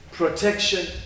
protection